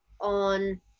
on